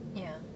ya